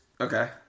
Okay